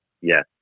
Yes